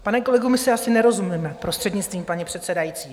Pane kolego, my si asi nerozumíme, prostřednictvím paní předsedající.